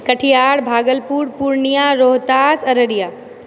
Katihar Bhagalpur Purnia Rohtas Araria